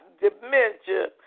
dementia